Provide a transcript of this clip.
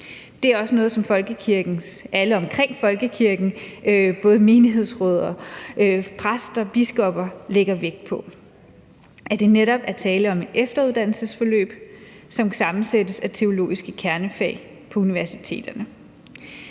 Det er også noget, som alle omkring folkekirken – både menighedsråd, præster og biskopper – lægger vægt på, altså at der netop er tale om et efteruddannelsesforløb, som sammensættes af teologiske kernefag på universiteterne.